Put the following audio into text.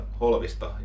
holvista